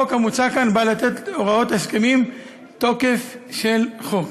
החוק המוצע כאן בא לתת להוראות ההסכמים תוקף של חוק.